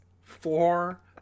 four